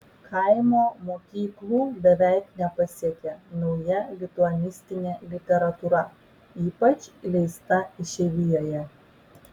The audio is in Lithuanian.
kaimo mokyklų beveik nepasiekia nauja lituanistinė literatūra ypač leista išeivijoje